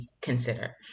consider